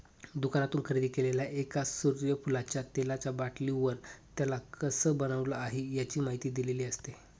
दुकानातून खरेदी केलेल्या एका सूर्यफुलाच्या तेलाचा बाटलीवर, त्याला कसं बनवलं आहे, याची माहिती दिलेली असते